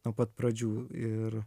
nuo pat pradžių ir